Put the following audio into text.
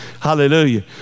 Hallelujah